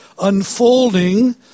unfolding